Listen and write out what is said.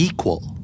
Equal